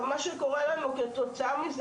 מה שקורה לנו כתוצאה מזה,